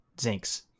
zinks